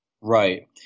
Right